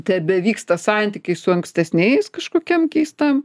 tebevyksta santykiai su ankstesniais kažkokiam keistam